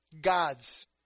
God's